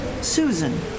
Susan